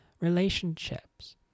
relationships